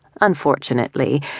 unfortunately